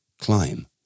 climb